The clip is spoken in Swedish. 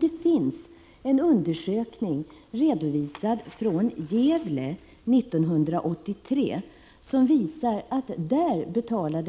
Det finns en undersökning från Gävle, redovisad 1983, som visar att